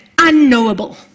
unknowable